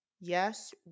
yes